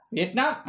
Vietnam